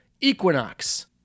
Equinox